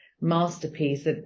masterpiece